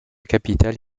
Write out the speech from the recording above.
capitale